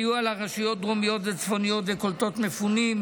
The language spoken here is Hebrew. סיוע לרשויות דרומיות וצפוניות וקולטות מפונים,